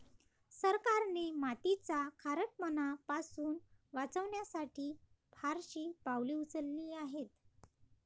सरकारने मातीचा खारटपणा पासून वाचवण्यासाठी फारशी पावले उचलली आहेत